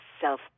self